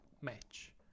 match